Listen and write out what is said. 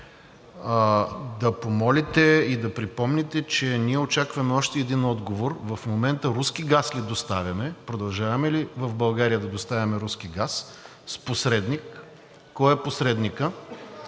Да помолите и да припомните, че ние очакваме и още един отговор. В момента руски газ ли доставяме? Продължава ли България да доставя руски газ с посредник и кой е посредникът?